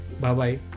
Bye-bye